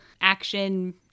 action